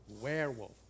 werewolf